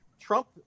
Trump